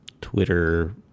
Twitter